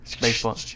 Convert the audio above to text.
Baseball